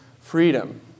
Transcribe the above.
freedom